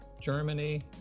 Germany